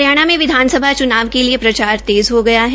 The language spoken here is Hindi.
हरियाणा में विधानसभा चुनाव के लिए प्रचार तेज़ हो गया है